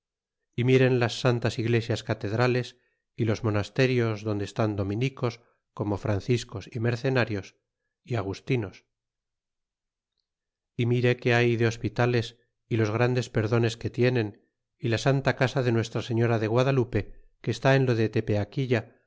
y miren las santas iglesias catedrales y los monasterios donde están dominicos como franciscos y mercenarios y agustinos y mire que hay de hospitales y los grandes perdones que tienen y la santa casa de nuestra señora de guadalupe que está en lo de